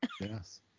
Yes